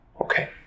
okay